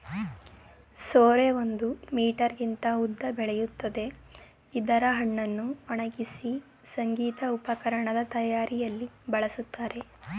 ಸೋರೆ ಒಂದು ಮೀಟರ್ಗಿಂತ ಉದ್ದ ಬೆಳಿತದೆ ಇದ್ರ ಹಣ್ಣನ್ನು ಒಣಗ್ಸಿ ಸಂಗೀತ ಉಪಕರಣದ್ ತಯಾರಿಯಲ್ಲಿ ಬಳಸ್ತಾರೆ